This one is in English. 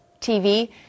TV